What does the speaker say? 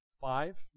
five